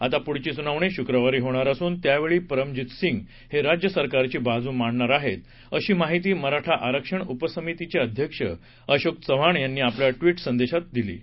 आता पुढची सुनावणी शुक्रवारी होणार असून त्यावेळी परमजीत सिंग हे राज्य सरकारची बाजू मांडणार आहेत अशी माहिती मराठा आरक्षण उपसमितिचे अध्यक्ष अशोक चव्हाण यांनी आपल्या ट्वीट संदेशात म्हटलं आहे